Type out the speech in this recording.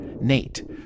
Nate